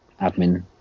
admin